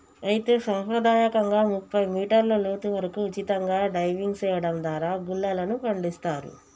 అయితే సంప్రదాయకంగా ముప్పై మీటర్ల లోతు వరకు ఉచితంగా డైవింగ్ సెయడం దారా గుల్లలను పండిస్తారు